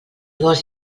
gos